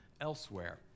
elsewhere